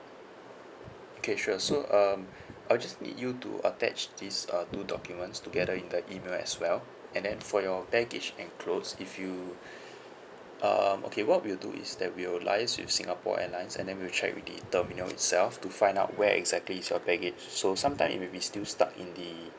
okay sure so um I'll just need you to attach this uh two documents together in the email as well and then for your baggage and clothes if you um okay what we will do is that we will liaise with singapore airlines and then we will check with the terminal itself to find out where exactly is your baggage so sometimes it may be still stuck in the